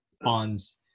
bonds